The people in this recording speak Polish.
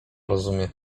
rozumie